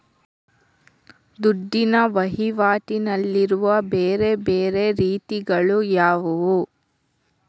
ದುಡ್ಡಿನ ವಹಿವಾಟಿನಲ್ಲಿರುವ ಬೇರೆ ಬೇರೆ ರೀತಿಗಳು ಯಾವುದು?